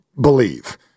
believe